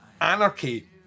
anarchy